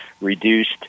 reduced